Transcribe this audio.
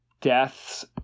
deaths